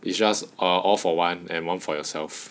it's just err all for one and one for yourself